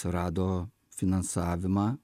surado finansavimą